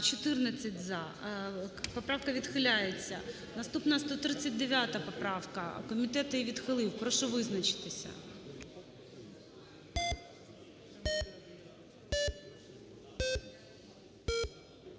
За-14 Поправка відхиляється. Наступна 139 поправка. Комітет її відхилив. Прошу визначитися.